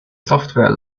software